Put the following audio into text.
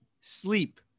Sleep